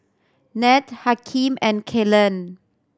Ned Hakeem and Kalen